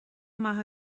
maith